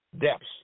depths